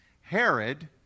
Herod